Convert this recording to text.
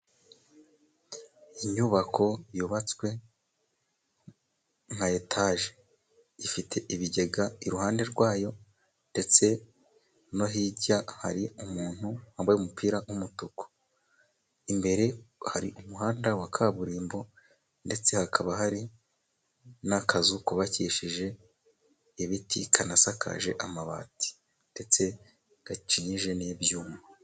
Inyubako yubatswe nka etage, ifite ibigega iruhande rwayo ndetse no hirya hari umuntu wambaye umupira w'umutuku, imbere hari umuhanda wa kaburimbo ndetse hakaba hari n'akazu kubakishije ibiti, kanasakaje amabati ndetse gakingishije n'ibyuma.